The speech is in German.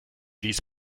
ließ